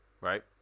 right